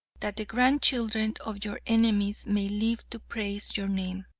that the grandchildren of your enemies may live to praise your name